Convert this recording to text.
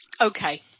Okay